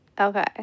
Okay